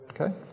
Okay